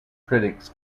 critics